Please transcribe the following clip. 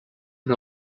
per